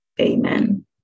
Amen